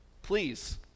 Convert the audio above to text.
Please